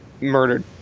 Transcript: murdered